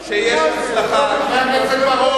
הוא לא מבין מה הוא עושה, חבר הכנסת בר-און.